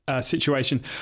situation